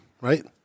Right